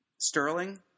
Sterling